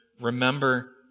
remember